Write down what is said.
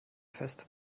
fest